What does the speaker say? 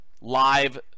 live